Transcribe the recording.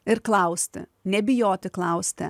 ir klausti nebijoti klausti